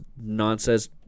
nonsense